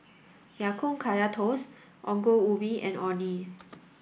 Ya Kun Kaya Toast Ongol Ubi and Orh Nee